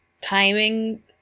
timing